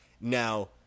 Now